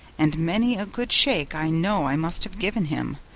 and many a good shake i know i must have given him,